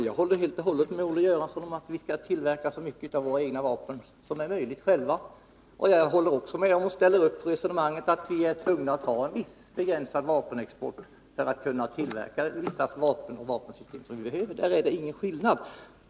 Herr talman! Jag håller helt och hållet med Olle Göransson om att vi själva skall tillverka så mycket som möjligt för våra egna behov. Jag håller också med honom i resonemanget att vi är tvungna att ha en viss begränsad vapenexport för att kunna tillverka de vapensystem som vi behöver. På de punkterna är det ingen skillnad mellan oss.